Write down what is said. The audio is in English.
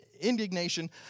indignation